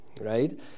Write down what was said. right